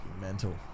mental